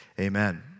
amen